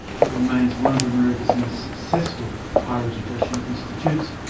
but remains one of america's most successful higher education institutions,